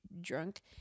drunk